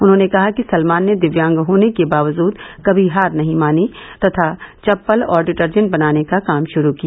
उन्होंने कहा कि सलमान ने दिव्यांग होने के बावजुद कभी हार नहीं मानी और चप्पल तथा डिटर्जेट बनाने का काम शुरू किया